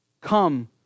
come